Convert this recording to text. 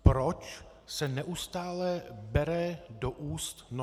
Proč se neustále bere do úst Norsko?